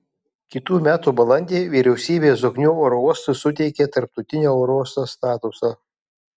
kitų metų balandį vyriausybė zoknių oro uostui suteikė tarptautinio oro uosto statusą